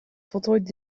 voltooid